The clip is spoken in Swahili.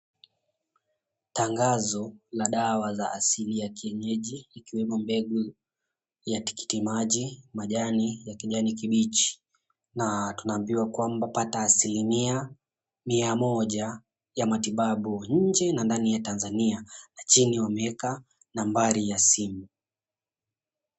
Tangazo la dawa za asili za kienyeji ikiwemo mbegu ya tikitimaji, majani ya kijani kibichi na tunaambiwa kwamba kupata asilimia mia moja ya matibabu nje na ndani ya Tanzania na chini wameweka nambari ya simu.